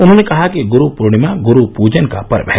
उन्होंने कहा कि गुरू पूर्णिमा गुरू पूजन का पर्व है